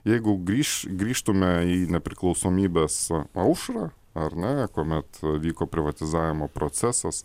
jeigu grįš grįžtume į nepriklausomybės aušrą ar ne kuomet vyko privatizavimo procesas